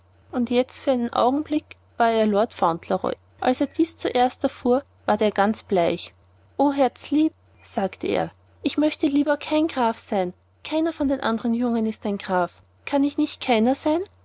und jetzt für den augenblick war er lord fauntleroy als er dies zuerst erfuhr ward er ganz bleich o herzlieb sagte er ich möchte lieber kein graf sein keiner von den andern jungen ist ein graf kann ich nicht keiner sein